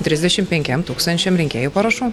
trisdešimt penkiem tūkstančiam rinkėjų parašų